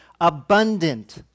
abundant